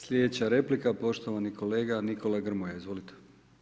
Slijedeća replika poštovani kolega Nikola Grmoja, izvolite.